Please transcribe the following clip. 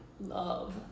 love